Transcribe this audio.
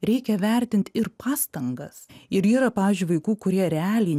reikia vertint ir pastangas ir yra pavyzdžiui vaikų kurie realiai